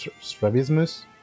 strabismus